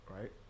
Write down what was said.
right